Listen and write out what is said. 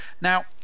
now